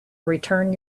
return